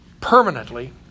permanently